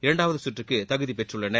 இரண்டாவது சுற்றுக்கு தகுதிபெற்றுள்ளனர்